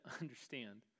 understand